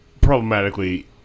problematically